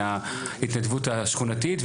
מההתנדבות השכונתית,